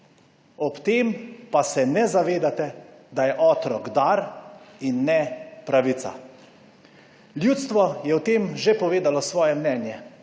Ob tem pa se ne zavedate, da je otrok dar in ne pravica. Ljudstvo je o tem že povedalo svoje mnenje.